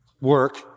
work